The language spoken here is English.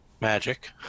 magic